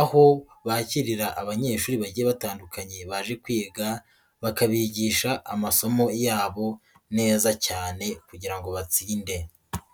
aho bakirira abanyeshuri bagiye batandukanye baje kwiga bakabigisha amasomo yabo neza cyane kugira ngo batsinde.